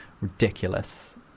ridiculous